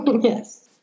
Yes